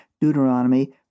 Deuteronomy